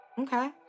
Okay